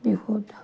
বিহুত